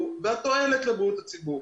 לבין התועלת האפשרית לבריאות הציבור.